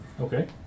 Okay